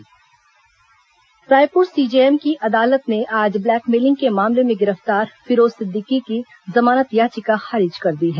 फिरोज जमानत याचिका खारिज रायपुर सीजेएम की अदालत ने आज ब्लैकमेलिंग के मामले में गिरफ्तार फिरोज सिद्दीकी की जमानत याचिका खारिज कर दी है